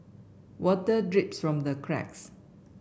water drips from the cracks